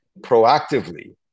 proactively